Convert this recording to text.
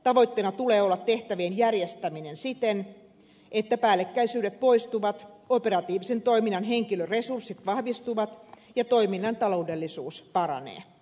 tavoitteena tulee olla tehtävien järjestäminen siten että päällekkäisyydet poistuvat operatiivisen toiminnan henkilöresurssit vahvistuvat ja toiminnan taloudellisuus paranee